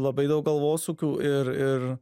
labai daug galvosūkių ir ir